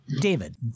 David